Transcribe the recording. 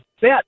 bet